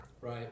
Right